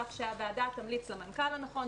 כך שהוועדה תמליץ למנכ"ל הנכון,